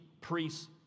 priests